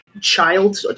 child